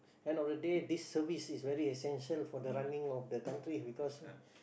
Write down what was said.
end of the day this service is very essential for the running of the country because